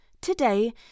today